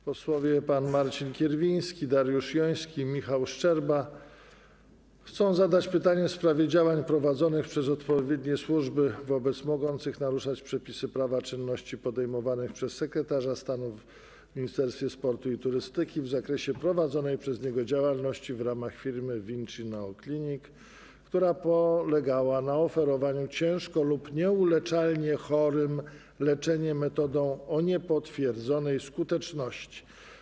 Posłowie pan Marcin Kierwiński, Dariusz Joński, Michał Szczerba, chcą zadać pytanie w sprawie działań prowadzonych przed odpowiednie służby wobec mogących naruszać przepisy prawa czynności podejmowanych przez sekretarza stanu w Ministerstwie Sportu i Turystyki w zakresie prowadzonej przez niego działalności w ramach firmy Vinci NeoClinic, która polegała na oferowaniu ciężko lub nieuleczalnie chorym leczenia metodą o niepotwierdzonej skuteczności.